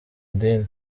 idini